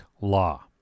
law